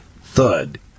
thud